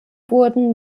wurden